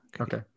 Okay